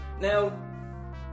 Now